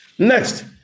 Next